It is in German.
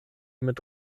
mit